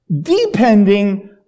Depending